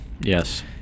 Yes